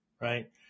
Right